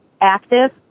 active